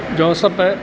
joseph